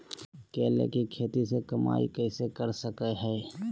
केले के खेती से कमाई कैसे कर सकय हयय?